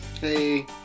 Hey